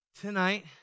tonight